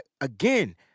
again